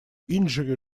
injury